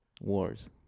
Wars